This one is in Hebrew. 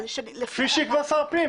כפי שיקבע שר הפנים.